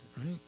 right